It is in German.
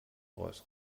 rolls